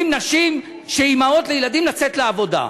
מעודדים נשים שהן אימהות לילדים לצאת לעבודה.